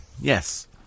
Yes